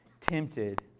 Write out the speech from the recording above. tempted